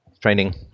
Training